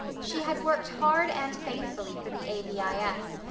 she had worked hard and faithfully for the a v i s,